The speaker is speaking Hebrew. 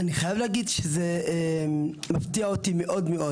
אני חייב להגיד שזה מפתיע אותי מאוד מאוד,